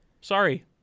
Sorry